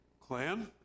clan